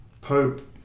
Pope